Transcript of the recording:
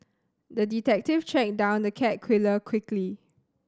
the detective tracked down the cat killer quickly